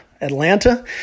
Atlanta